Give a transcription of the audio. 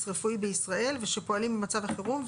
רפואי יעדכן במצב חירום את משרד הבריאות,